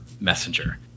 Messenger